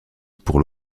pour